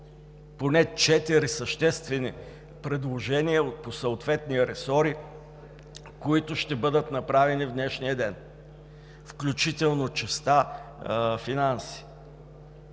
поне четири съществени предложения по съответните ресори, които ще бъдат направени в днешния ден, включително частта „финанси“.